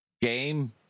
game